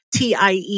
TIE